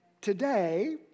today